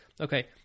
okay